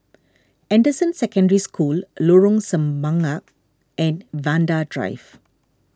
Anderson Secondary School Lorong Semangka and Vanda Drive